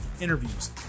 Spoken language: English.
interviews